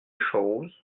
chose